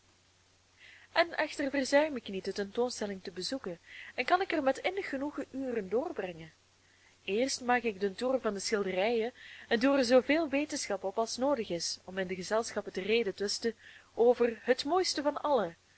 en echter verzuim ik niet de tentoonstelling te bezoeken en kan ik er met innig genoegen uren doorbrengen eerst maak ik den toer van de schilderijen en doe er zooveel wetenschap op als noodig is om in de gezelschappen te redetwisten over het mooiste van allen